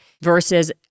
versus